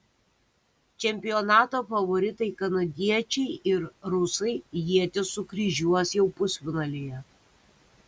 čempionato favoritai kanadiečiai ir rusai ietis sukryžiuos jau pusfinalyje